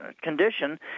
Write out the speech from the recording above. condition